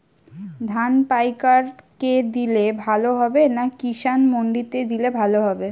ধান পাইকার কে দিলে ভালো হবে না কিষান মন্ডিতে দিলে ভালো হবে?